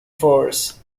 fours